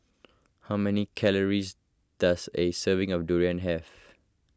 how many calories does a serving of Durian have